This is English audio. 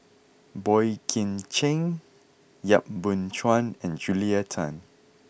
Boey Kim Cheng Yap Boon Chuan and Julia Tan